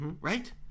Right